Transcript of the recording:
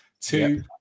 two